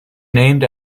named